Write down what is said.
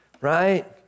right